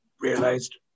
realized